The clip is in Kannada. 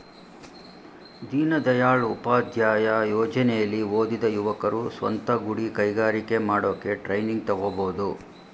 ದೀನದಯಾಳ್ ಉಪಾಧ್ಯಾಯ ಯೋಜನೆಲಿ ಓದಿದ ಯುವಕರು ಸ್ವಂತ ಗುಡಿ ಕೈಗಾರಿಕೆ ಮಾಡೋಕೆ ಟ್ರೈನಿಂಗ್ ತಗೋಬೋದು